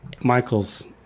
Michael's